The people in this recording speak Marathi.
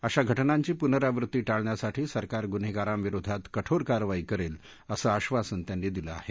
अशा घटनांची पुनरावृत्ती टाळण्यासाठी सरकार गुन्हेगारांविरोधात कठोर कारवाई करेल असं आश्वासन त्यांनी दिलं आहे